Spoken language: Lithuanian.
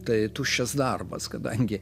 tai tuščias darbas kadangi